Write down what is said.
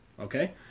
Okay